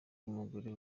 n’umugore